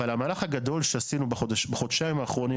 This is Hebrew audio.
אבל המהלך הגדול שעשינו בחודשיים האחרונים